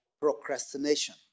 procrastination